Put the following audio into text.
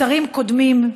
שרים קודמים,